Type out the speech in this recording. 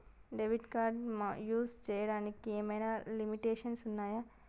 Debit card use చేయడానికి ఏమైనా limitations ఉన్నాయా?